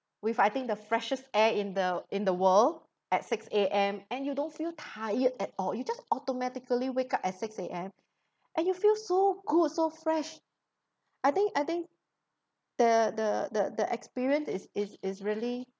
with I think the freshest air in the in the world at six A_M and you don't feel tired at all you just automatically wake up at six A_M and you feel so good so fresh I think I think the the the the experience is is is really